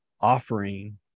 offering